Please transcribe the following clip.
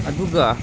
ꯑꯗꯨꯒ